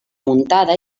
muntada